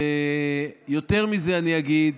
יותר מזה אני אגיד,